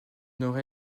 nord